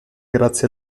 grazie